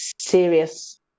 serious